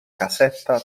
casetta